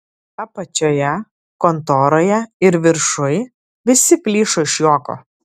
apačioje kontoroje ir viršuj visi plyšo iš juoko